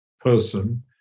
person